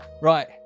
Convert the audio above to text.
Right